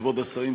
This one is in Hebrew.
כבוד השרים,